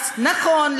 אז נכון,